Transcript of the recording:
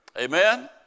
Amen